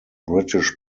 british